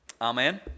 Amen